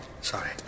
Sorry